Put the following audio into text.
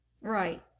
Right